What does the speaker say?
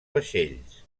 vaixells